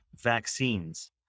vaccines